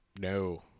No